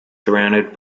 surrounded